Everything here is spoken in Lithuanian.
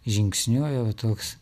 žingsniuoja va toks